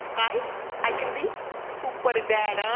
i i can be superdad, huh?